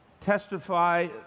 testify